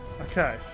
okay